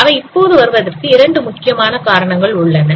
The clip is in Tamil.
அவை இப்போது வருவதற்கு இரண்டு முக்கிய காரணங்கள் உள்ளன